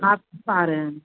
आप आ रहे हैं